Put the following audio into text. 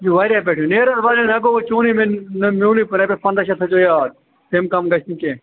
یہِ چھُ واریاہ پٮ۪ٹھٕے نیر حظ نہٕ گوٚو وۅنۍ چونُے نہٕ میٛونُے رۄپیَس پنٛداہ شَتھ تھٲوزِ یاد تَمہِ کَم گژھِ نہٕ کیٚنٛہہ